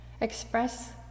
express